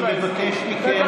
אני מבקש מכם,